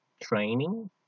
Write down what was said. training